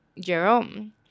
Jerome